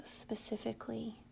specifically